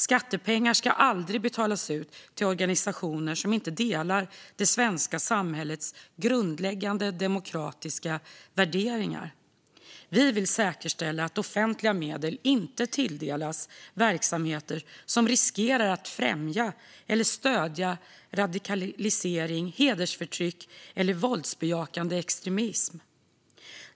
Skattepengar ska aldrig betalas ut till organisationer som inte delar det svenska samhällets grundläggande demokratiska värderingar. Vi vill säkerställa att offentliga medel inte tilldelas verksamheter som riskerar att främja eller stödja radikalisering, hedersförtryck eller våldsbejakande extremism.